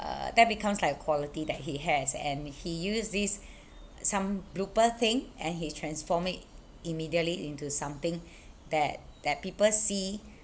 uh that becomes like a quality that he has and he use these some blooper thing and he transform it immediately into something that that people see